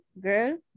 girl